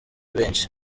benshi